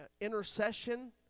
Intercession